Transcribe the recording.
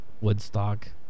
Woodstock